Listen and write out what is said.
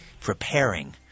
preparing